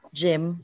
gym